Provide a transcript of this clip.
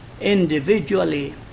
Individually